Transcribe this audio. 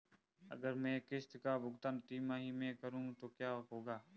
अगर मैं किश्त का भुगतान तिमाही में करूं तो क्या होगा?